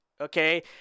Okay